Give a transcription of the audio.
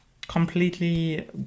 completely